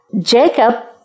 Jacob